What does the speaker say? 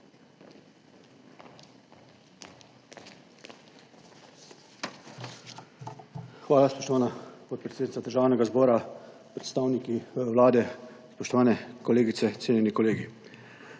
Hvala, spoštovana podpredsednica Državnega zbora. Predstavniki Vlade, spoštovane kolegice, cenjeni kolegi!